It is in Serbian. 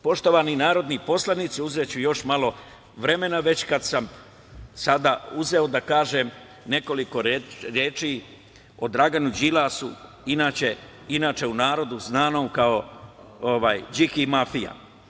Poštovani narodni poslanici, uzeću još malo vremena već kada sam sada uzeo da kažem nekoliko reči o Draganu Đilasu, inače u narodu znanom kao Điki mafija.